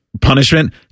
punishment